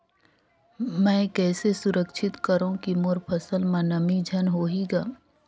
मैं कइसे सुरक्षित करो की मोर फसल म नमी झन होही ग?